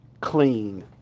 clean